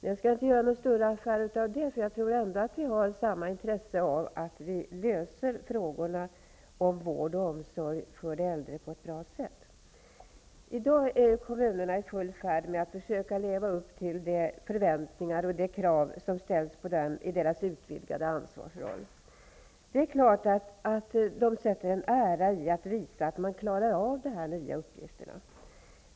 Jag skall inte göra någon större affär av det, för jag tror ändå att vi har samma intresse av att lösa frågorna om vård och omsorg för de äldre på ett bra sätt. I dag är kommunerna i full färd med att försöka leva upp till de förväntningar och de krav som ställs på dem i och med deras utvidgade ansvarsroll. Det är självklart att de sätter en ära i att visa att de klarar av dessa ny uppgifter.